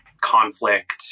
conflict